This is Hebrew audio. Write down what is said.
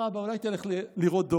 ידעתי, אולי תלך לשחק עם שון?